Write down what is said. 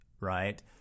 right